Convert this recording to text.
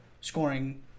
scoring